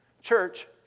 Church